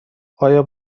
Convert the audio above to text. آیا